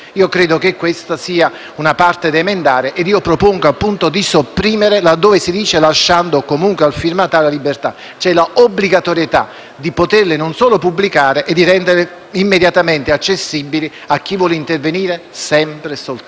di poterle non solo pubblicare, ma anche di renderle immediatamente accessibili a chi vuole intervenire sempre e soltanto nell'interesse del paziente.